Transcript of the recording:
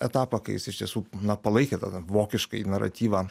etapą kai jis iš tiesų na palaikė tada vokiškai naratyvą